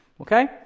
Okay